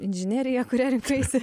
inžinerija kurią rinkaisi